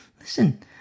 Listen